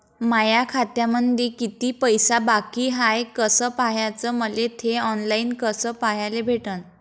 माया खात्यामंधी किती पैसा बाकी हाय कस पाह्याच, मले थे ऑनलाईन कस पाह्याले भेटन?